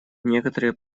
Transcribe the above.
некоторые